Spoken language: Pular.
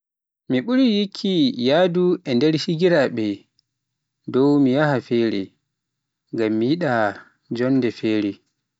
Mi ɓuri yikki yahdu e nder higirabee, dow mi yah fere, ngam mi yiɗa jonnde fere.